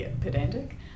pedantic